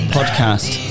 podcast